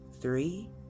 three